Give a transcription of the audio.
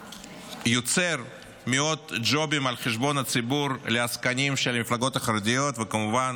שיוצר מאות ג'ובים על חשבון הציבור לעסקנים של המפלגות החרדיות וכמובן